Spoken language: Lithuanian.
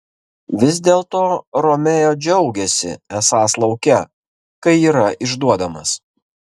vis dėlto romeo džiaugėsi esąs lauke kai yra išduodamas